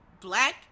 black